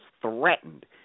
threatened